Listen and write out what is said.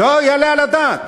לא יעלה על הדעת.